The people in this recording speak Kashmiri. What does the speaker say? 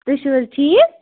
تُہۍ چھِو حظ ٹھیٖک